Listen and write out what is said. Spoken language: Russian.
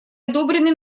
одобрено